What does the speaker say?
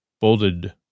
folded